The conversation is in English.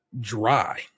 Dry